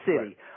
city